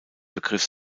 begriff